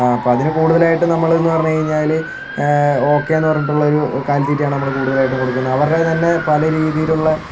അപ്പോൾ അതിനു കൂടുതലായിട്ടും നമ്മളെന്ന് പറഞ്ഞു കഴിഞ്ഞാല് ഓക്കേയെന്നു പറഞ്ഞിട്ടുള്ളൊരു കാലിത്തീറ്റയാണ് നമ്മള് കൂടുതലായിട്ടും കൊടുക്കുന്നത് അവരുടെ തന്നേ പല രീതിയിലുള്ള